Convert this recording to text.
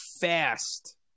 fast